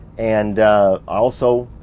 and also,